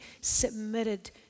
submitted